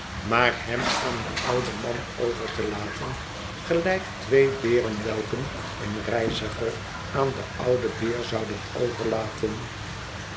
maar hem aan den ouden man over te laten gelijk twee berenwelpen een reiziger aan den ouden beer zouden overlaten